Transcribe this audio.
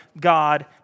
God